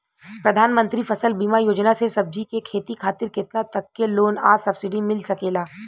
प्रधानमंत्री फसल बीमा योजना से सब्जी के खेती खातिर केतना तक के लोन आ सब्सिडी मिल सकेला?